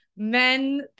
men